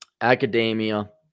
academia